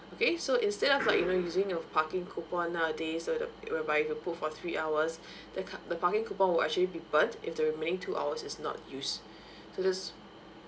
okay so instead of like you know using your parking coupon nowadays where the whereby you put for three hours the ca~ the parking coupon will actually be burnt if the remaining two hours is not used so this